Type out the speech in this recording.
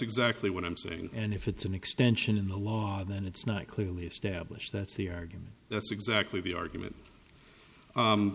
exactly what i'm saying and if it's an extension in the law then it's not clearly established that's the argument that's exactly the argument